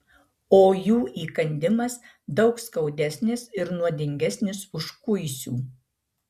o jų įkandimas daug skaudesnis ir nuodingesnis už kuisių